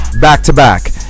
back-to-back